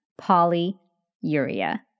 polyuria